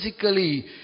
physically